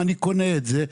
אני קונה את זה,